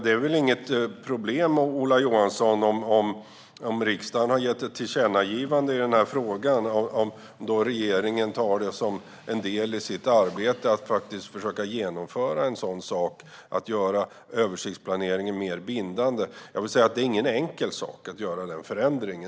Det är väl inget problem, Ola Johansson, om riksdagen har gett ett tillkännagivande i denna fråga och regeringen faktiskt försöker göra översiktsplaneringen mer bindande. Det är ingen enkel sak att göra denna förändring.